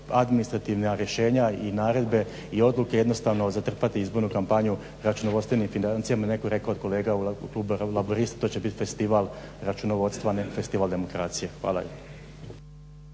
administrativna rješenja i naredbe jednostavno zatrpati izbornu kampanju računovodstvenim financijama. Netko je rekao od kolega iz kluba Laburista, to će biti festival računovodstva, ne festival demokracije. Hvala.